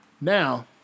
now